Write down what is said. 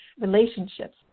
relationships